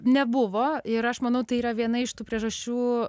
nebuvo ir aš manau tai yra viena iš tų priežasčių